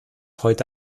heute